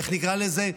איך נקרא לזה?